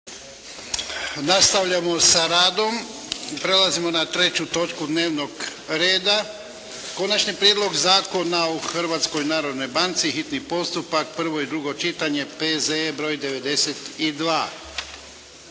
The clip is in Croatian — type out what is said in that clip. Nastavljamo s radom. Prelazimo na treću točku dnevnog reda - Konačni prijedlog zakona o Hrvatskoj narodnoj banci, hitni postupak, prvo i drugo čitanje, P.Z.E. br. 92.